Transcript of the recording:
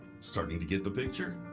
starting to get the picture?